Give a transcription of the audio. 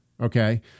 okay